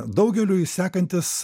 daugeliui sekantis